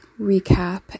recap